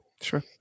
Sure